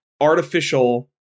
artificial